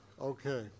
Okay